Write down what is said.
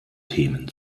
themen